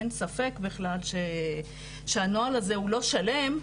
אין ספק בכלל שהנוהל הזה הוא לא שלם,